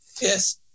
Yes